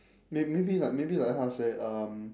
maybe like maybe like how to say um